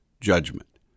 judgment